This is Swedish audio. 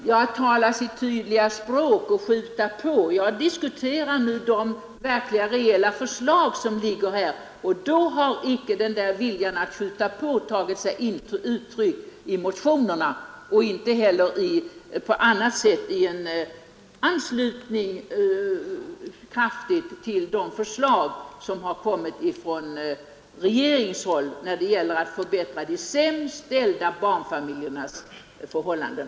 Herr talman! ”Talar sitt tydliga språk och skjuta på”, säger herr Möller. Jag diskuterar nu de reella förslag som ligger på riksdagens bord. Den där viljan att skjuta på har inte tagit sig uttryck i motionerna och inte heller på något annat sätt, t.ex. i en kraftig anslutning till det förslag som framlagts från regeringshåll för att förbättra de sämst ställda barnfamiljernas förhållanden.